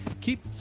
Keep